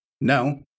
no